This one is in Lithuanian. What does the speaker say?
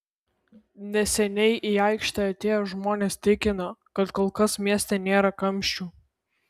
neseniai į aikštę atėję žmonės tikina kad kol kas mieste nėra kamščių